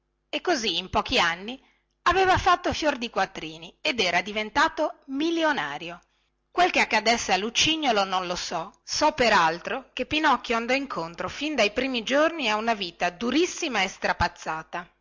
e così in pochi anni aveva fatto fior di quattrini ed era diventato milionario quel che accadesse di lucignolo non lo so so per altro che pinocchio andò incontro fin dai primi giorni a una vita durissima e strapazzata